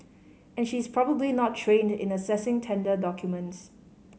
and she is probably not trained in assessing tender documents